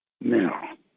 Now